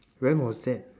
when was that